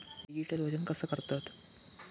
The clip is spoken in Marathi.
डिजिटल वजन कसा करतत?